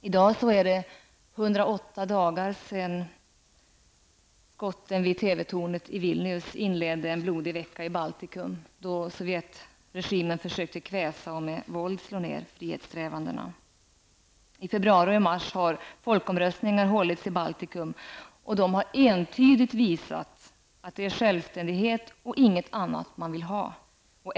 I dag är det 108 dagar sedan skotten vid TV-tornet i Vilnius inledde en blodig vecka i Baltikum, då Sovjetregimen försökte kväsa och med våld slå ned frihetssträvandena. I februari och i mars har folkomröstningar hållits i Baltikum, och de har entydigt visat att det är självständighet och ingenting annat som man vill ha.